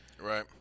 Right